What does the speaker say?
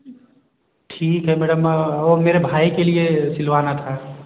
ठीक है मैडम औ मेरे भाई के लिए सिलवाना था